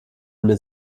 mir